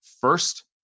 first